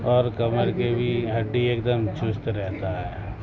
اور کمر کے بھی ہڈی ایک دم چست رہتا ہے